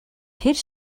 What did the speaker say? тэр